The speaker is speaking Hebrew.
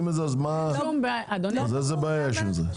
איזו בעיה יש עם זה?